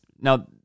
now